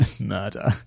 Murder